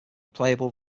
playable